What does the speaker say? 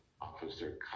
Officer